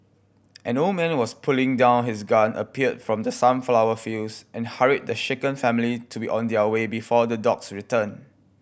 an old man was putting down his gun appeared from the sunflower fields and hurried the shaken family to be on their way before the dogs return